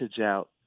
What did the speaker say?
out